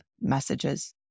messages